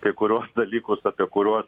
kai kuriuos dalykus apie kuriuos